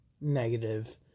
negative